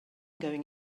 going